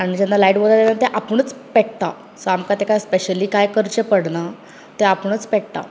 आनी जेन्ना लायट वयत तेन्ना ते आपुणूचप पेट्टा सो आमकां तेका स्पेशली कांय करचें पडना ते आपुणूच पेट्टा